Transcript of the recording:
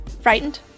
frightened